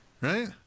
right